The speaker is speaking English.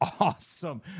awesome